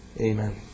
Amen